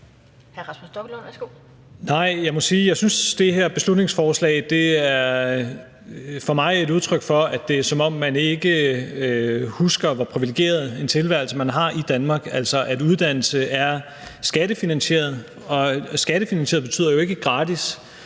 det her beslutningsforslag for mig er et udtryk for, at det er, som om man ikke husker, hvor privilegeret en tilværelse man har i Danmark, altså at uddannelse er skattefinansieret – og skattefinansieret betyder jo ikke gratis.